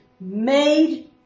made